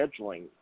scheduling